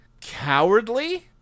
cowardly